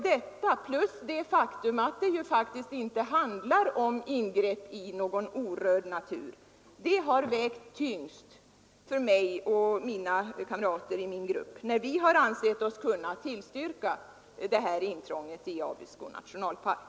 Detta plus det faktum att det ju faktiskt inte handlar om ingrepp i någon orörd natur har vägt tyngst för mig och kamraterna i min grupp när vi har ansett oss kunna tillstyrka detta intrång i Abisko nationalpark.